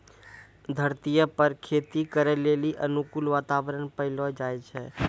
धरतीये पर खेती करै लेली अनुकूल वातावरण पैलो जाय छै